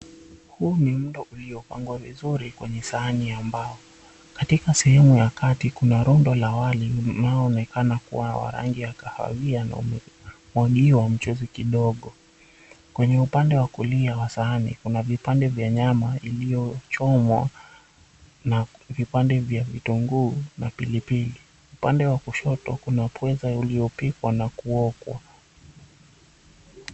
Huu ni mlo uliopangwa vizuri kwenye sahani ya mbao. Katika sehemu ya kati kuna rondo la wali unaoonekana kuwa wa rangi ya kahawia na umemwagiwa mchuzi kidogo. Kwenye upande wa kulia wa sahani kuna nyama iliyochomwa na vipande vya vitunguu na pilipili. Upande wa kushoto kuna pweza uliyepikwa na kuokwa.